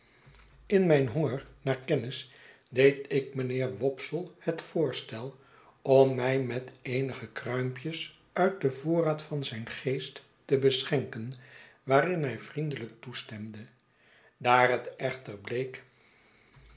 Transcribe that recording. in mijn honger naar kennis deed ik mijnheer wopsle het voorstel om mij met eenige kruimpjes uit den voorraad van zijn geest te beschenken waarin hij vriendelijk toestemde daar het echter bleek